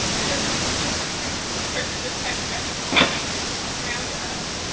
it doesn't just affect the person, it affects everyone around us.